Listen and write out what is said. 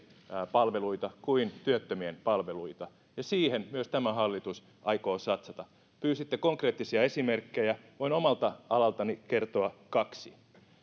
palveluita kuin työttömien palveluita ja siihen myös tämä hallitus aikoo satsata pyysitte konkreettisia esimerkkejä voin omalta alaltani kertoa kaksi